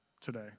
today